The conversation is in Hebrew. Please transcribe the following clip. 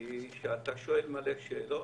היא שאתה שואל מלא שאלות,